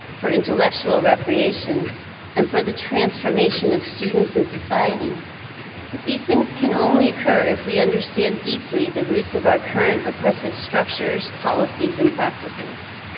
for intellectual recreations and for the transformation of students in society but these things can only her if we understand deeply the roots of our current oppressive structures, policies and practices.